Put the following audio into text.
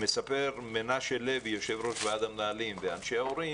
מספר מנשה לוי יושב-ראש ועד המנהלים וההורים